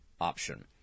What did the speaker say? option